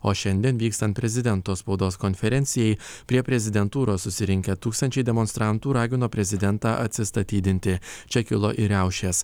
o šiandien vykstant prezidento spaudos konferencijai prie prezidentūros susirinkę tūkstančiai demonstrantų ragino prezidentą atsistatydinti čia kilo ir riaušės